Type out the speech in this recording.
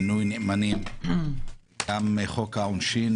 מינוי נאמנים וגם חוק העונשין,